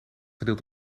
gedeeld